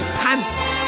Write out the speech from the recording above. pants